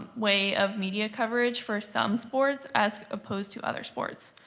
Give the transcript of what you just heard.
way of media coverage for some sports as opposed to other sports.